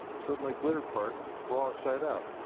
sewed my glitter part wrong side out.